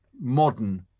modern